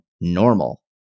normal